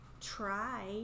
try